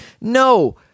No